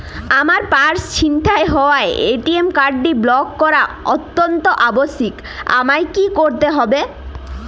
আমার পার্স ছিনতাই হওয়ায় এ.টি.এম কার্ডটি ব্লক করা অত্যন্ত আবশ্যিক আমায় কী কী করতে হবে?